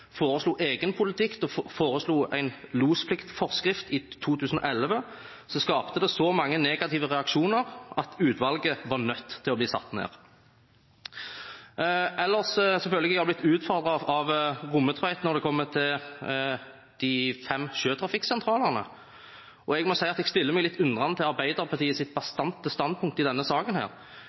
foreslo egen politikk, da de foreslo en lospliktforskrift i 2011, skapte det så mange negative reaksjoner at utvalget var nødt til å bli nedsatt. Ellers føler jeg at jeg har blitt utfordret av Rommetveit når det gjelder de fem sjøtrafikksentralene, og jeg må si at jeg stiller meg litt undrende til Arbeiderpartiets bastante standpunkt i denne saken.